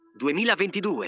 2022